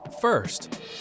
First